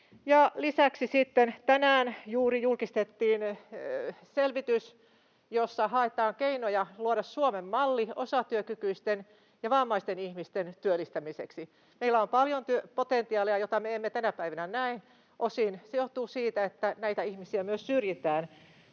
Lisäksi tänään juuri julkistettiin selvitys, jossa haetaan keinoja luoda Suomen malli osatyökykyisten ja vammaisten ihmisten työllistämiseksi. Meillä on paljon potentiaalia, jota me emme tänä päivänä näe. Osin se johtuu siitä, että näitä ihmisiä myös syrjitään